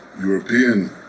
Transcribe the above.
European